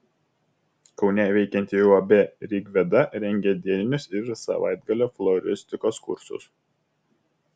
kaune veikianti uab rigveda rengia dieninius ir savaitgalio floristikos kursus